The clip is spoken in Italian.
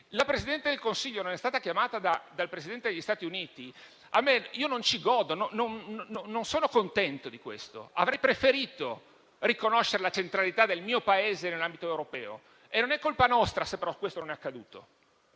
La Presidente del Consiglio non è stata chiamata dal Presidente degli Stati Uniti e io non ne godo, non ne sono contento, anzi avrei preferito vedere riconosciuta la centralità del mio Paese nell'ambito europeo, ma non è colpa nostra se questo non è accaduto.